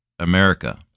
America